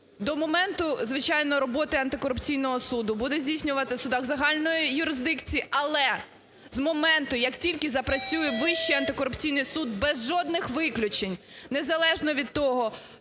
до моменту, звичайно, роботи антикорупційного суду буде здійснюватися в судах загальної юрисдикцій, але з моменту, як тільки запрацює Вищий антикорупційний суд без жодних виключень, незалежно від того,